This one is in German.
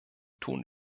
tun